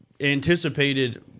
anticipated